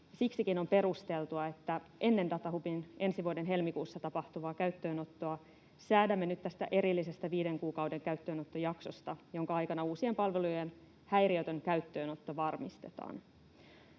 Siksikin on perusteltua, että ennen datahubin ensi vuoden helmikuussa tapahtuvaa käyttöönottoa säädämme nyt tästä erillisestä viiden kuukauden käyttöönottojaksosta, jonka aikana uusien palvelujen häiriötön käyttöönotto varmistetaan.